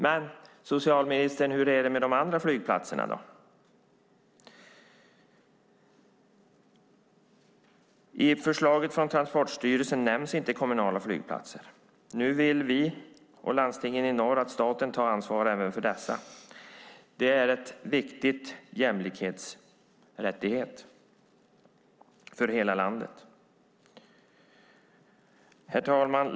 Men hur är det med de andra flygplatserna, socialministern? I förslaget från Transportstyrelsen nämns inte kommunala flygplatser. Nu vill vi och landstingen i norr att staten tar ansvar även för dessa. Det är en viktig jämlikhetsfråga och en rättighet för hela landet. Herr talman!